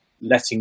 letting